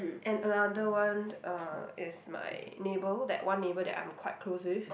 and another one uh is my neighbour that one neighbour that I'm quite close with